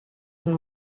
and